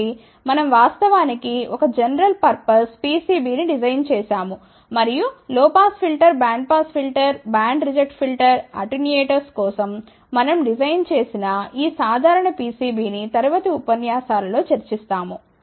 కాబట్టి మనం వాస్తవానికి ఒక జనరల్ పర్పస్ PCB ని డిజైన్ చేసాము మరియు low pass filter band pass filter band reject filter attenuators కోసం మనం డిజైన్ చేసిన ఈ సాధారణ PCB ని తరువాత ఉపన్యాసాలలో చర్చిస్తాము